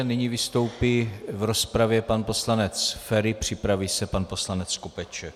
Nyní vystoupí v rozpravě pan poslanec Feri, připraví se pan poslanec Skopeček.